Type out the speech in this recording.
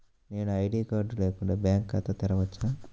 నేను ID card లేకుండా bank ఖాతా తెరవచ్చా?